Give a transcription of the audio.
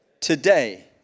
Today